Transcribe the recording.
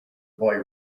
boy